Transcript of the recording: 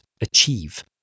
achieve